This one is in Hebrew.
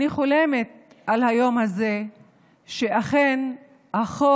אני חולמת על היום הזה שאכן החוק